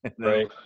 Right